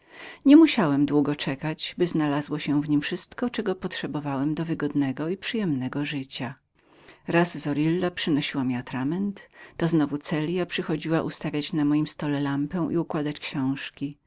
wprowadzeniem do mego nowego mieszkania znalazłem w niem wszystko czego potrzebowałem do wygodnego i przyjemnego życia raz zorilla przynosiła mi atrament to znowu celja przychodziła ustawić na moim stole lampę i układać książki